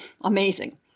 Amazing